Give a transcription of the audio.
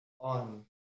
on